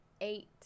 eight